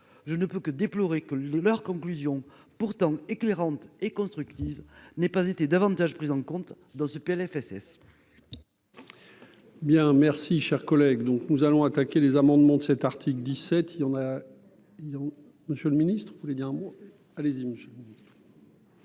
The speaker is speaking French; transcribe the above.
je ne peux que déplorer que les moeurs conclusion pourtant éclairante et constructive, n'ait pas été davantage prise en compte dans ce PLFSS.